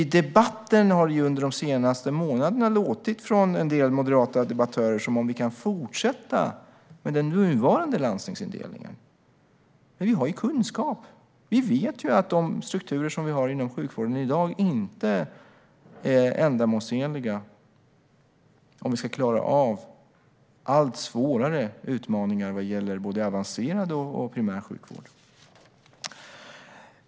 I debatten har det under de senaste månaderna låtit från en del moderata debattörer som om vi kan fortsätta med den nuvarande landstingsindelningen. Men vi har ju kunskap. Vi vet att de strukturer som vi har inom sjukvården i dag inte är ändamålsenliga om vi ska klara av allt svårare utmaningar vad gäller både avancerad och primär sjukvård.